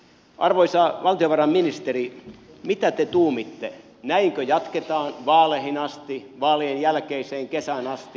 arvoisa valtiovarainministeri mitä te tuumitte näinkö jatketaan vaaleihin asti vaalien jälkeiseen kesään asti